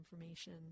information